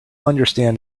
understand